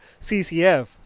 CCF